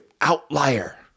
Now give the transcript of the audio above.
outlier